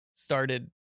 started